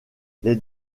les